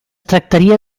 tractaria